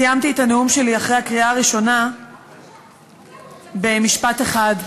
סיימתי את הנאום שלי אחרי הקריאה הראשונה במשפט אחד,